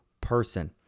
person